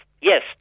yes